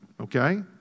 okay